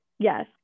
Yes